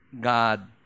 God